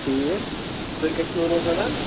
ٹھیٖک تُہۍ کَتہِ چھُو روزان حظ